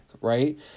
right